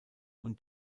und